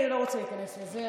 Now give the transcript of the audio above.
אני לא רוצה להיכנס לזה,